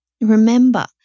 Remember